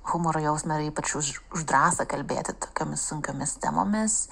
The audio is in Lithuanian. humoro jausmą ir ypač už drąsą kalbėti tokiomis sunkiomis temomis